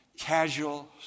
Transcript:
casual